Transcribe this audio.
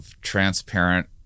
transparent